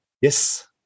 Yes